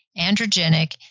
androgenic